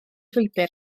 llwybr